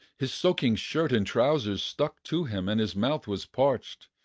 his soaking shirt and trousers stuck to him, and his mouth was parched.